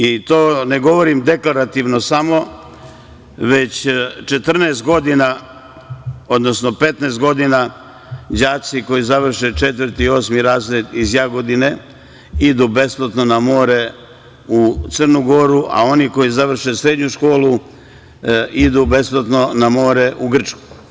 I to ne govorim deklarativno samo, već 14 godina, odnosno 15 godina đaci koji završe četvrti, osmi razred iz Jagodine idu besplatno na more u Crnu Goru, a oni koji završe srednju školu idu besplatno na more u Grčku.